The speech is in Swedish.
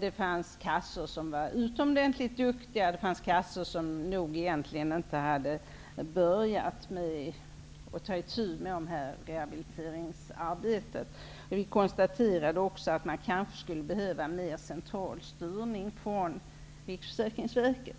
Det fanns kassor som var utomordentligt duktiga, och det fanns kassor som egentligen inte hade börjat att ta itu med rehabiliteringsarbetet. Vi konstaterade också att man kanske skulle behöva mer central styrning från Riksförsäkringsverket.